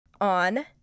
on